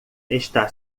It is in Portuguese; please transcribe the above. está